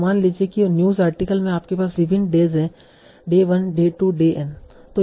तो मान लीजिए कि न्यूज़ आर्टिकल में आपके पास विभिन्न डेज हैं डे 1 डे 2 डे n